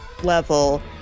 level